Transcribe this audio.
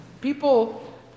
People